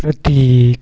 प्रतीक